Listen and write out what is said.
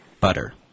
Butter